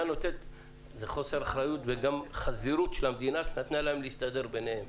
זה חוסר אחריות וגם חזירות של המדינה שנתנה להם להסתדר ביניהם.